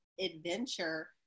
adventure